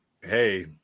hey